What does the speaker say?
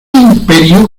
imperio